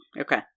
Okay